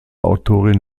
autorin